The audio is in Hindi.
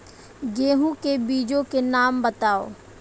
गेहूँ के बीजों के नाम बताओ?